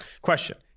Question